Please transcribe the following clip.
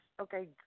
Okay